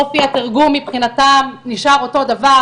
אופי התרגום מבחינתם נשאר אותו הדבר,